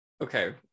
Okay